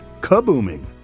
kabooming